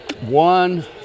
One